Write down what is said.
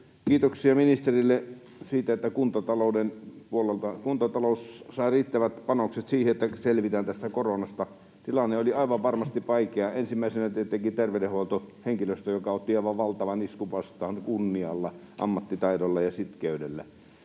Kiitoksia ministerille siitä, että kuntatalous sai riittävät panokset siihen, että selvitään tästä koronasta. Tilanne oli aivan varmasti vaikea — ensimmäisenä tietenkin terveydenhuoltohenkilöstö, joka otti aivan valtavan iskun vastaan kunnialla, ammattitaidolla ja sitkeydellä,